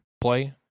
play